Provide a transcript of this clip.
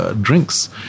drinks